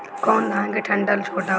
कौन धान के डंठल छोटा होला?